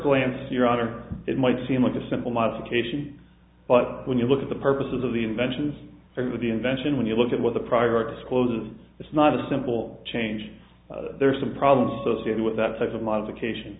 glance your honor it might seem like a simple modification but when you look at the purposes of the invention of the invention when you look at what the priorities closes it's not a simple change there are some problems associated with that type of modification